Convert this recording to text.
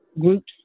groups